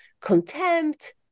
contempt